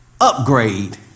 upgrade